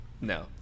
No